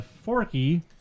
Forky